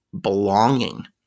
belonging